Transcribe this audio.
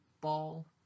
ball